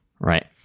right